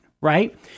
Right